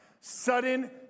Sudden